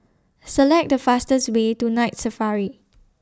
Select The fastest Way to Night Safari